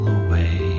away